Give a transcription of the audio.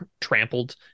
trampled